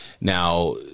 Now